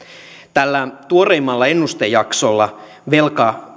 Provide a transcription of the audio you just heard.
tällä tuoreimmalla ennustejaksolla velka